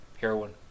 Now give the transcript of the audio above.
heroin